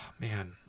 man